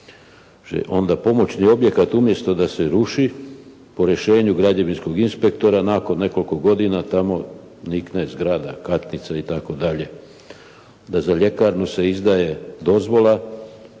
Kaže onda pomoćni objekat umjesto da se ruši po rješenju građevinskog inspektora, nakon nekoliko godina tamo nikne zgrada, katnica itd. Za ljekarnu se izdaje dozvola,